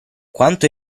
quanto